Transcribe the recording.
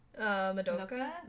madoka